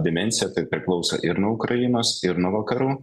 dimensija tai priklauso ir nuo ukrainos ir nuo vakarų